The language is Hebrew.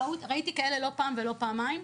ראיתי כאלה לא פעם ולא פעמיים,